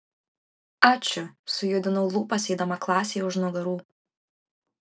ačiū sujudinau lūpas eidama klasei už nugarų